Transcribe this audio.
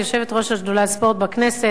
כיושבת-ראש השדולה לספורט בכנסת.